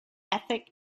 ethic